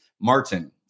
Martin